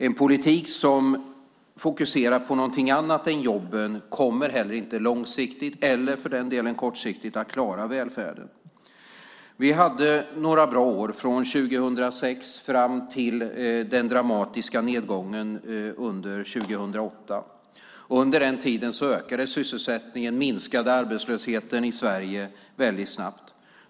En politik som fokuserar på något annat än jobben kommer inte att klara välfärden vare sig långsiktigt eller kortsiktigt. Vi hade några bra år från 2006 till den dramatiska nedgången under 2008. Under den tiden ökade sysselsättningen och minskade arbetslösheten i Sverige väldigt snabbt.